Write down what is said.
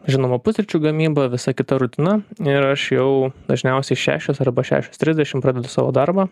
žinoma pusryčių gamyba visa kita rutina ir aš jau dažniausiai šešios arba šešios trisdešim pradedu savo darbą